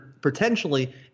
potentially